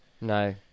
No